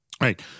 Right